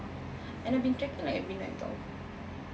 ya and I've been checking like every night [tau]